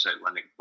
lending